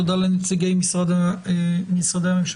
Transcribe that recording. תודה לנציגי משרדי הממשלה.